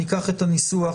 ניקח את הניסוח.